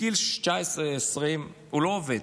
בגיל 19, 20, הוא לא עובד,